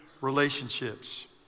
relationships